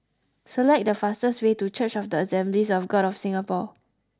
select the fastest way to Church of the Assemblies of God of Singapore